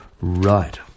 right